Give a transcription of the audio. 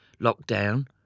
lockdown